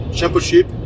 Championship